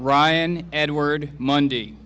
ryan edward monday